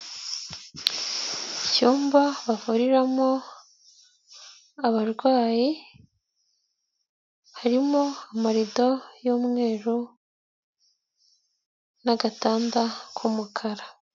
Icyumba bavuriramo abarwayi, harimo amarido y'umweru n'agatanda k'umukara.